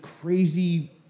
crazy